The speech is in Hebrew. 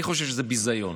אני חושב שזה ביזיון.